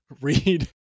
read